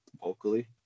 vocally